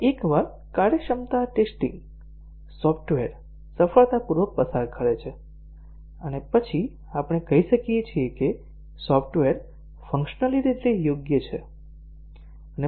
અને એકવાર કાર્યક્ષમતા ટેસ્ટીંગ સોફ્ટવેર સફળતાપૂર્વક પસાર કરે છે પછી આપણે કહીએ છીએ કે સોફ્ટવેર ફંક્શનલી રીતે યોગ્ય છે